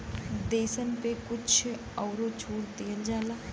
देसन मे कुछ अउरो छूट दिया जाला